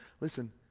Listen